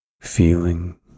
feeling